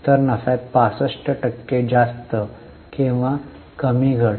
तर नफ्यात 65 टक्के जास्त किंवा कमी घट